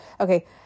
Okay